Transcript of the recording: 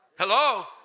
Hello